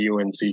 UNC